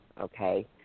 okay